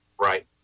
right